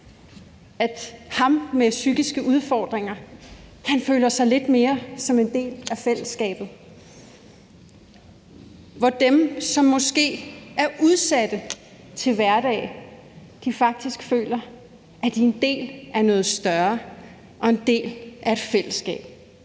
at ham med de psykiske udfordringer føler sig lidt mere som en del af fællesskabet, og hvor dem, som måske er udsatte i hverdagen, faktisk føler, at de er en del af noget større og en del af et fællesskab.